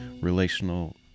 relational